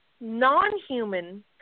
Non-human